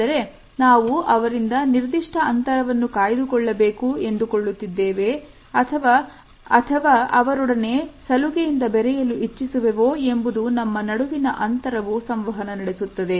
ಅಂದರೆ ನಾವು ಅವರಿಂದ ನಿರ್ದಿಷ್ಟ ಅಂತರವನ್ನು ಕಾಯ್ದುಕೊಳ್ಳಬೇಕು ಎಂದುಕೊಳ್ಳುತ್ತಿದ್ದೇವೆ ಅಥವಾ ಅವರೊಡನೆ ಸಲುಗೆಯಿಂದ ಬೆರೆಯಲು ಇಚ್ಛಿಸುವೆವೋ ಎಂಬುದು ನಮ್ಮ ನಡುವಿನ ಅಂತರವು ಸಂವಹನ ನಡೆಸುತ್ತದೆ